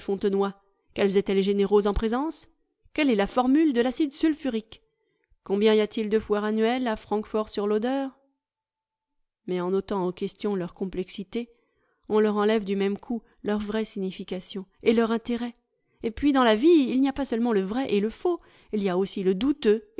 mais en ôtant aux questions leur complexité on leur enlève du même coup leur vraie signification et leur intérêt et puis dans la vie il n'y a pas seulement le vrai et e faux il y a aussi le douteux